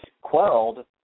quelled